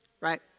right